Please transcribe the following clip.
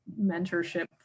mentorship